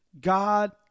God